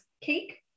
cake